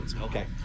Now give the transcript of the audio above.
okay